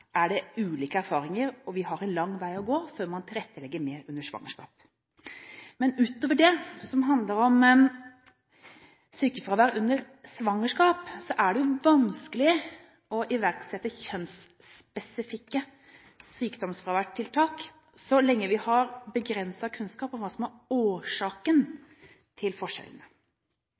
ulike erfaringer, og vi har en lang vei å gå før man tilrettelegger mer under svangerskap. Men utover det som handler om sykefravær under svangerskap, er det vanskelig å iverksette kjønnsspesifikke sykdomsfraværstiltak så lenge vi har begrenset kunnskap om hva som er årsaken til forskjellene.